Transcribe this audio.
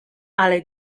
ale